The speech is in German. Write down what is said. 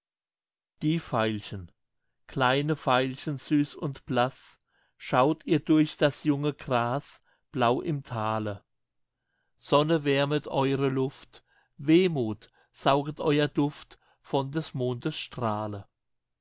die veilchen kleine veilchen süß und blaß schaut ihr durch das junge gras blau im thale sonne wärmet eure luft wehmuth sauget euer duft von des mondes strahle